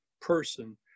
person